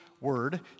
word